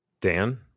dan